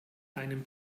einen